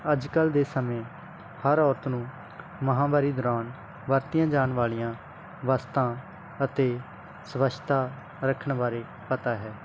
ਅੱਜ ਕੱਲ੍ਹ ਦੇ ਸਮੇਂ ਹਰ ਔਰਤ ਨੂੰ ਮਾਹਵਾਰੀ ਦੌਰਾਨ ਵਰਤੀਆਂ ਜਾਣ ਵਾਲੀਆਂ ਵਸਤਾਂ ਅਤੇ ਸਵੱਛਤਾ ਰੱਖਣ ਬਾਰੇ ਪਤਾ ਹੈ